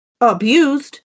abused